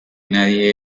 nadie